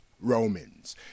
Romans